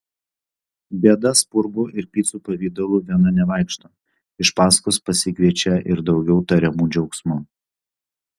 bėda spurgų ir picų pavidalu viena nevaikšto iš paskos pasikviečia ir daugiau tariamų džiaugsmų